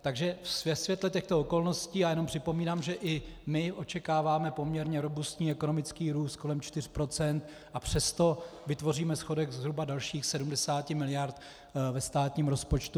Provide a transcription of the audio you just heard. Takže ve světle těchto okolností já jenom připomínám, že i my očekáváme poměrně robustní ekonomický růst kolem čtyř procent, a přesto vytvoříme schodek zhruba dalších 70 mld. ve státním rozpočtu.